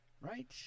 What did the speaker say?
Right